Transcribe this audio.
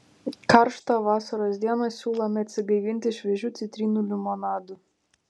karštą vasaros dieną siūlome atsigaivinti šviežiu citrinų limonadu